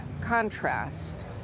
contrast